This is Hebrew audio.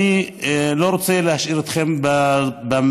אני לא רוצה להשאיר אתכם במתח,